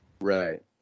Right